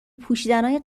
پوشیدنای